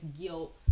guilt